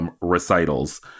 recitals